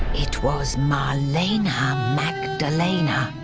it was marlene magdalena,